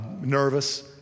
nervous